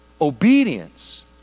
Obedience